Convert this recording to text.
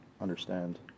understand